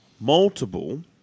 multiple